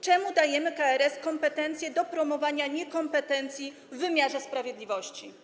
Czemu dajemy KRS kompetencje do promowania niekompetencji w wymiarze sprawiedliwości?